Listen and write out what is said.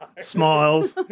smiles